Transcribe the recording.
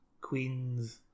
Queens